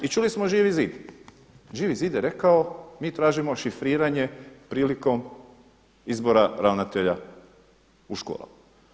I čuli smo Živi zid, Živi zid je rekao mi tražimo šifriranje prilikom izbora ravnatelja u školama.